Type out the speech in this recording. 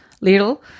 little